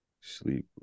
sleep